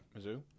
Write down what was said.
Mizzou